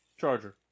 Charger